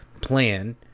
plan